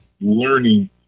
learning